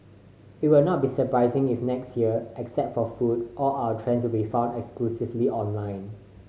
it will not be surprising if next year except for food all our trends will be found exclusively online